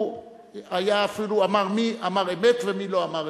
הוא אפילו אמר מי אמר אמת ומי לא אמר אמת.